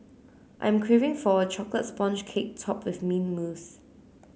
I am craving for a chocolate sponge cake topped with mint mousse